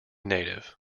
native